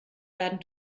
werden